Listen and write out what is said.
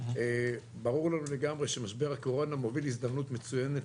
ברור לנו לגמרי שמשבר הקורונה מוביל להזדמנות מצוינת